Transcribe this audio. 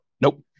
Nope